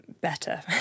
better